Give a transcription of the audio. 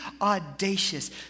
audacious